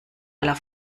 aller